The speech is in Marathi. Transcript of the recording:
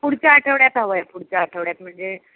पुढच्या आठवड्यात हवं आहे पुढच्या आठवड्यात म्हणजे